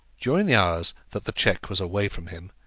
during the hours that the cheque was away from him,